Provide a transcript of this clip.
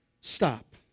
stop